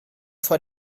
vor